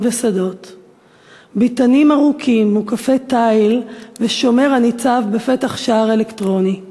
ושדות,/ ביתנים ארוכים מוקפי תיל ושומר הניצב/ בפתח שער אלקטרוני.//